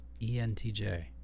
ENTJ